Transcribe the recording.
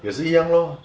也是一样 lor